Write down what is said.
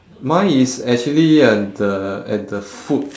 mine is actually at the at the foot